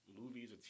movies